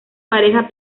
pareja